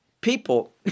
people